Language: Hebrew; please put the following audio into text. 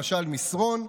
למשל מסרון.